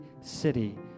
city